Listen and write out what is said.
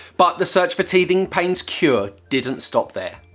but, the search for teething pain's cure didn't stop there.